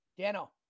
Dano